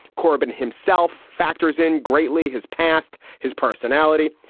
corbyn himself factors in greatly his past, his personality.